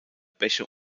bäche